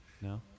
No